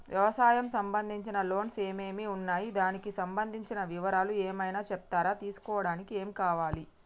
వ్యవసాయం సంబంధించిన లోన్స్ ఏమేమి ఉన్నాయి దానికి సంబంధించిన వివరాలు ఏమైనా చెప్తారా తీసుకోవడానికి ఏమేం కావాలి?